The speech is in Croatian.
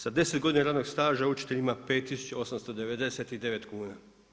Sa 10 godina radnog staža učitelj ima 5899 kuna.